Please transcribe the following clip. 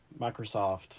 Microsoft